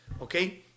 Okay